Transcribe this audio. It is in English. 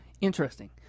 Interesting